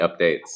updates